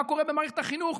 מה קורה במערכת החינוך,